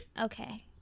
Okay